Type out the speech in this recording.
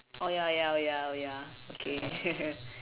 oh ya ya oh ya oh ya okay